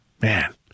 Man